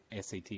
SAT